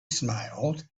smiled